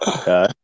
Okay